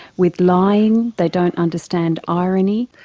with lying they don't understand irony.